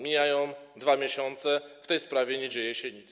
Mijają 2 miesiące - w tej sprawie nie dzieje się nic.